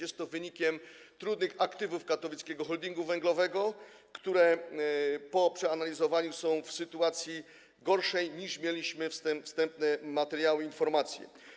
Jest to wynikiem trudnych aktywów Katowickiego Holdingu Węglowego, które po przeanalizowaniu są w sytuacji gorszej, niż wskazywały wstępne materiały i informacje, które mieliśmy.